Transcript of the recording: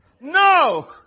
No